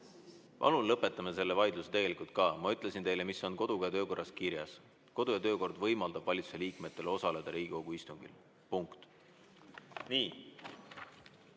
Palun lõpetame selle vaidluse! Tegelikult ka. Ma ütlesin teile, mis on kodu‑ ja töökorras kirjas. Kodu‑ ja töökord võimaldab valitsuse liikmetel osaleda Riigikogu istungil. Punkt. Nii.